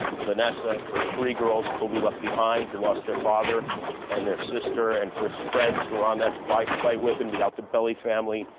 vanessa, for the three girls kobe left behind who lost their father and their sister, and for his friends who were on that flight flight with him. the altobelli family,